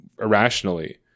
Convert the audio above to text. irrationally